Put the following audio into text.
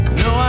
no